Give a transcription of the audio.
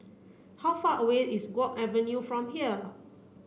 how far away is Guok Avenue from here